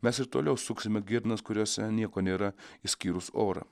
mes ir toliau suksime girnas kuriose nieko nėra išskyrus orą